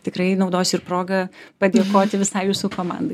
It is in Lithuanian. tikrai naudosiu ir proga padėkoti visai jūsų komandai